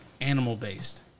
animal-based